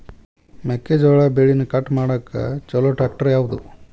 ಮೆಕ್ಕೆ ಜೋಳ ಬೆಳಿನ ಕಟ್ ಮಾಡಾಕ್ ಛಲೋ ಟ್ರ್ಯಾಕ್ಟರ್ ಯಾವ್ದು?